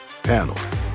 panels